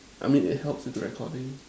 I mean it helps with the recording